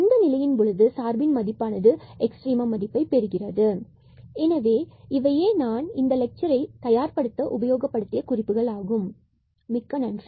அந்த நிலையில் சார்பின் மதிப்பானது எக்ஸ்ட்ரீமம் மதிப்பை பெறுகிறது எனவே இவையே இந்த லெக்சரை தயார்படுத்த உபயோகப்படுத்திய குறிப்புகள் ஆகும் மிக்க நன்றி